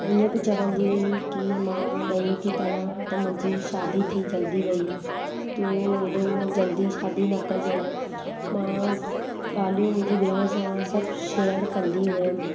ईअं बि चवंदी हुई की मां ॾहीं थी पढ़ा त मुंहिंजी शादी थी जल्दी वई तूं एॾो जल्दी शादी न कजाएं मां ॻाल्हियूं मुंहिंजी भेण सां सभु शेअर कंदी हुयमि